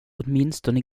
åtminstone